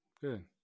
Good